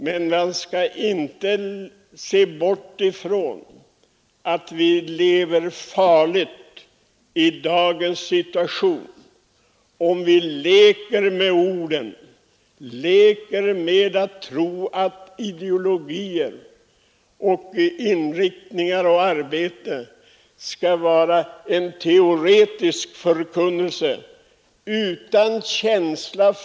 Men man skall inte bortse från att vi lever farligt i dagens situation om vi leker med orden, leker med tron att ideologier, inriktningar och arbete skall vara en teoretisk förkunnelse utan känsla.